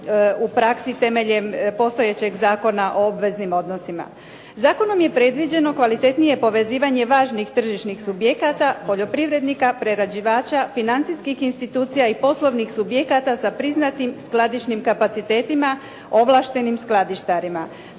u praksi temeljem postojećeg Zakona o obveznim odnosima. Zakonom je predviđeno kvalitetnije povezivanje važnih tržišnih subjekata, poljoprivrednika, prerađivača, financijskih institucija i poslovnih subjekata sa priznatim skladišnim kapacitetima ovlaštenim skladištarima.